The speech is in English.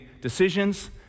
decisions